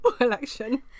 election